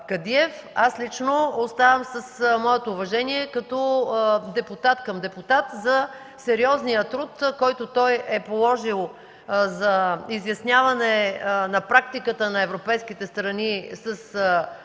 Аз лично оставам с моето уважение като депутат към депутат за сериозния труд, който той е положил, за изясняване на практиката на европейските страни с